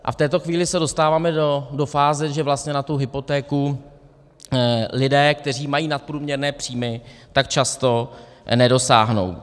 A v této chvíli se dostáváme do fáze, že vlastně na tu hypotéku lidé, kteří mají nadprůměrné příjmy, často nedosáhnou.